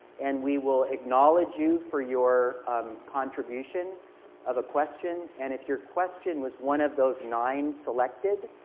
and we will acknowledge you for your contribution of a question, and if your question was one of those nine selected,